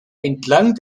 entlang